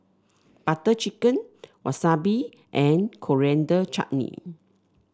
Butter Chicken Wasabi and Coriander Chutney